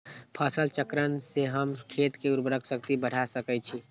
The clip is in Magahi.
फसल चक्रण से हम खेत के उर्वरक शक्ति बढ़ा सकैछि?